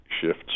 shifts